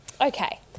Okay